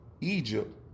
Egypt